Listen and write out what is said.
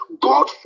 God